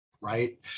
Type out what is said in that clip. right